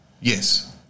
Yes